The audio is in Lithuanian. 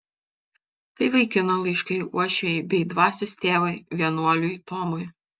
tai vaikino laiškai uošvei bei dvasios tėvui vienuoliui tomui